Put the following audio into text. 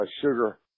sugar